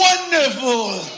Wonderful